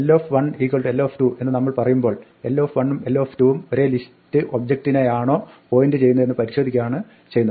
l1 l2 എന്ന് നമ്മൾ പറയുമ്പോൾ l1 ഉം l2 ഉം ഒരേ ലിസ്റ്റ് ഒബ്ജക്ടിനെയാണോ പോയിന്റ് ചെയ്യുന്നത് എന്ന് പരിശോധിക്കുകയാണ് ചെയ്യുന്നത്